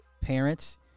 parents